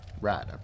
Right